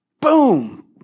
boom